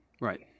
right